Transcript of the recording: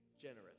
generous